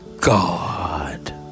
God